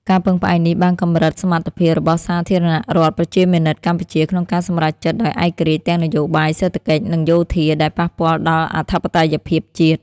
ការពឹងផ្អែកនេះបានកម្រិតសមត្ថភាពរបស់សាធារណរដ្ឋប្រជាមានិតកម្ពុជា ក្នុងការសម្រេចចិត្តដោយឯករាជ្យទាំងនយោបាយ សេដ្ឋកិច្ច និងយោធា ដែលប៉ះពាល់ដល់អធិបតេយ្យភាពជាតិ។